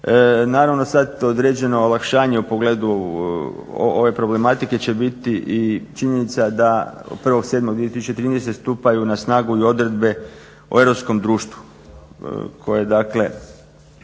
Naravno sad određeno olakšanje u pogledu ove problematike će biti i činjenica da od 1.07.2013. stupaju na snagu i odredbe o europskom društvu koje dakle